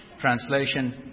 translation